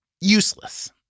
useless